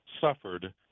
suffered